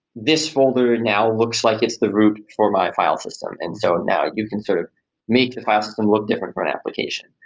this folder now looks like it's the root for my file system. and so, now, you can sort of make the file system look different from an application.